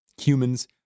Humans